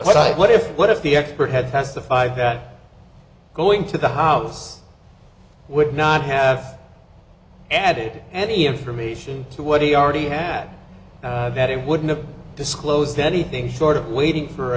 what i what if what if the expert had testified that going to the house would not have added any information to what he already had that it wouldn't disclose anything short of waiting for